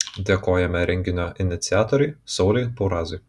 dėkojame renginio iniciatoriui sauliui paurazui